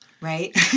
Right